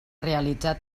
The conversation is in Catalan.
realitzar